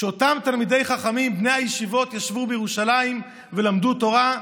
כשאותם תלמידי חכמים בני הישיבות ישבו בירושלים ולמדו תורה,